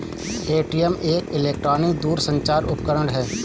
ATM एक electronic दूरसंचार उपकरण है